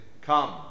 Come